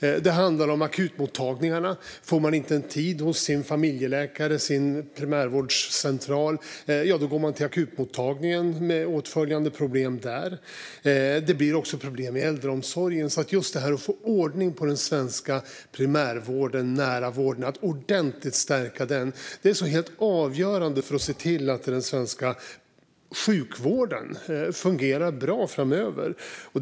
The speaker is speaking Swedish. Det handlar om akutmottagningarna. Om människor inte får en tid hos sin familjeläkare eller sin primärvårdscentral går de till akutmottagningen med åtföljande problem där. Det blir också problem i äldreomsorgen. Just att få ordning på den svenska primärvården, den nära vården, och att stärka den ordentligt är helt avgörande för att se till att den svenska sjukvården fungerar bra framöver.